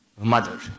mother